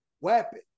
weapon